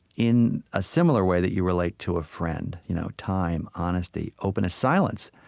in a similar way that you relate to a friend? you know time, honesty, openness, silence.